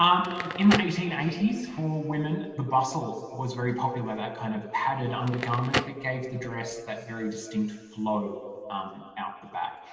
um in the eighteen eighty s for women the bustle was very popular, that kind of padded undergarment that gave the dress that very distinct flow um out the back.